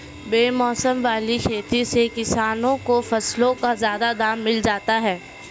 बेमौसम वाली खेती से किसानों को फसलों का ज्यादा दाम मिल जाता है